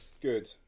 Good